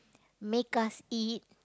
make us eat